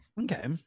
okay